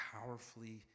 powerfully